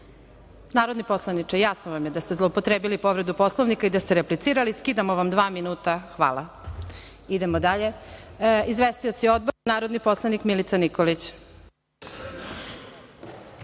Vreme. Narodni poslaniče, jasno vam je da ste zloupotrebili povredu Poslovnika i da ste replicirali. Skidamo vam dva minuta. Hvala. Idemo dalje. Izvestioci odbora. Reč ima narodni poslanik Milica Nikolić.